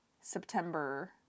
September